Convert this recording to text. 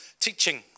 teaching